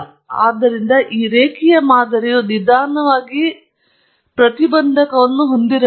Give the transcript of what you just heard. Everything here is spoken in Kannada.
ಆದ್ದರಿಂದ ಈ ರೇಖೀಯ ಮಾದರಿಯು ನಿಧಾನವಾಗಿ ಮತ್ತು ಪ್ರತಿಬಂಧಕವನ್ನು ಹೊಂದಿರಬೇಕು